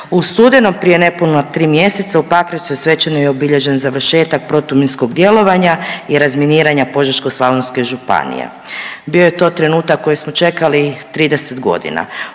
U studenom prije nepuna 3 mjeseca u Pakracu je svečano i obilježen završetak protuminskog djelovanja i razminiranja Požeško-slavonske županije. Bio je to trenutak koji smo čekali 30 godina.